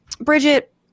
Bridget